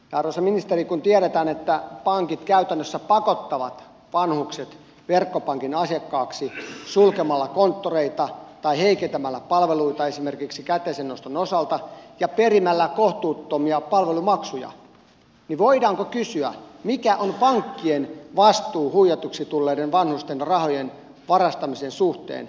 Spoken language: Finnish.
arvoisa ministeri kun tiedetään että pankit käytännössä pakottavat vanhukset verkkopankin asiakkaiksi sulkemalla konttoreita tai heikentämällä palveluita esimerkiksi käteisen noston osalta ja perimällä kohtuuttomia palvelumaksuja niin voidaanko kysyä mikä on pankkien vastuu huijatuksi tulleiden vanhusten rahojen varastamisen suhteen